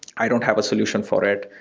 i don't have a solution for it.